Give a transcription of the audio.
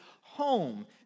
home